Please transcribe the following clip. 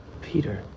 Peter